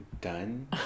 done